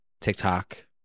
TikTok